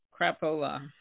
crapola